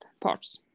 parts